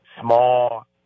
small